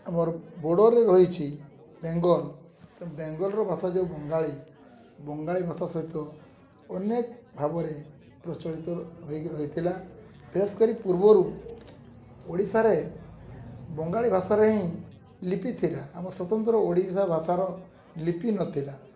ଆମର୍ ବୋର୍ଡର୍ ରହିଛି ବେଙ୍ଗଲ୍ ତେଣୁ ବେଙ୍ଗଲ୍ର ଭାଷା ଯୋଉ ବଙ୍ଗାଳୀ ବଙ୍ଗାଳୀ ଭାଷା ସହିତ ଅନେକ ଭାବରେ ପ୍ରଚଳିତ ହୋଇ ରହିଥିଲା ବେଶ୍ କରି ପୂର୍ବରୁ ଓଡ଼ିଶାରେ ବଙ୍ଗାଳୀ ଭାଷାରେ ହିଁ ଲିପିଥିଲା ଆମ ସ୍ୱତନ୍ତ୍ର ଓଡ଼ିଶା ଭାଷାର ଲିପି ନଥିଲା